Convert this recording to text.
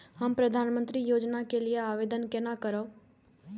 हम प्रधानमंत्री योजना के लिये आवेदन केना करब?